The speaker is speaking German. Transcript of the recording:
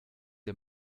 der